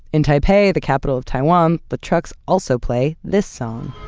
in taipei, the capital of taiwan, the trucks also play this song